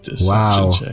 wow